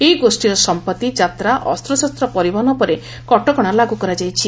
ଏହି ଗୋଷ୍ଠୀର ସମ୍ପଭି ଯାତ୍ରା ଅସ୍ତ୍ରଶସ୍ତ ପରିବହନ ଉପରେ କଟକଣା ଲାଗୁ କରାଯାଇଛି